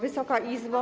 Wysoka Izbo!